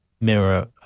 mirror